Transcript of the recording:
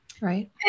right